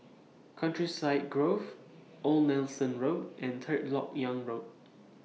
Countryside Grove Old Nelson Road and Third Lok Yang Road